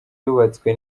yubatswe